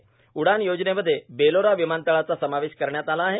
उडान योजनेमध्ये बेलोरा विमानतळाचा समावेश करण्यात आला आहे